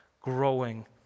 growing